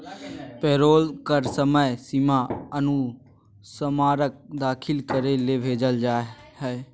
payroll कर समय सीमा अनुस्मारक दाखिल करे ले भेजय हइ